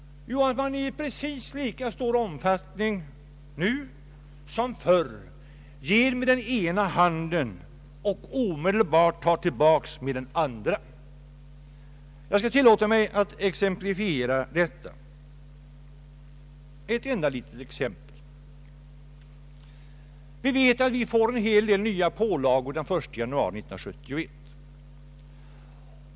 Jo, att man i precis lika stor omfattning nu som förr ger med den ena handen och omedelbart tar tillbaka med den andra. Jag skall tillåta mig att ge ett enda litet exempel härpå. Vi vet att vi får en hel del nya pålagor den 1 januari 1971.